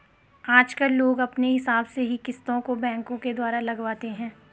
आजकल लोग अपने हिसाब से ही किस्तों को बैंकों के द्वारा लगवाते हैं